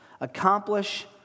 accomplish